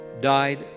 died